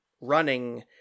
running